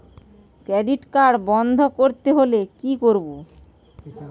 Credit card বন্ধ করতে হলে কি করব?